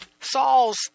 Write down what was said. Saul's